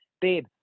Babe